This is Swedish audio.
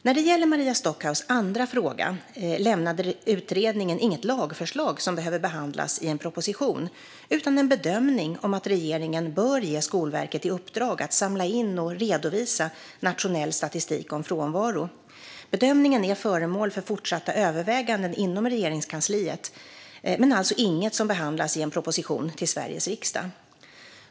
När det gäller Maria Stockhaus andra fråga lämnade utredningen inget lagförslag som behöver behandlas i en proposition utan en bedömning om att regeringen bör ge Skolverket i uppdrag att samla in och redovisa nationell statistik om frånvaro. Bedömningen är föremål för fortsatta överväganden inom Regeringskansliet men är alltså inget som behandlas i en proposition till Sveriges riksdag.